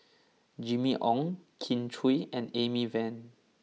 Jimmy Ong Kin Chui and Amy Van